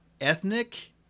ethnic